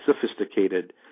sophisticated